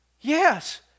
Yes